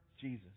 Jesus